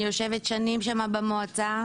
אני יושבת שנים שם במועצה.